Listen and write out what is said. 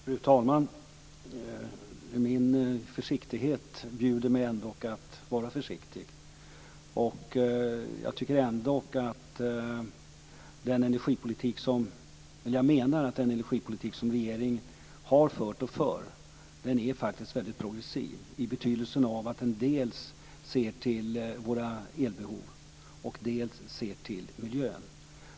Fru talman! Min försiktighet bjuder mig ändå att vara försiktig, och jag menar att den energipolitik som regeringen har fört och för faktiskt är väldigt progressiv i betydelsen att den dels ser till våra elbehov, dels ser till miljön.